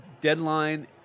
Deadline